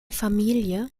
familie